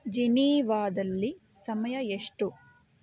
ಜಿನೀವಾದಲ್ಲಿ ಸಮಯ ಎಷ್ಟು